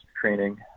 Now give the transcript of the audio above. training